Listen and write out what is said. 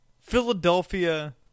Philadelphia